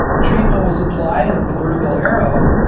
treatment was applied at the vertical arrow